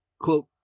Quote